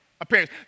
appearance